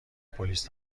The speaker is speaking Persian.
پلیس